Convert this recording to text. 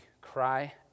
cry